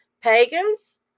pagans